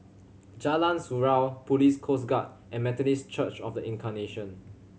Jalan Surau Police Coast Guard and Methodist Church Of The Incarnation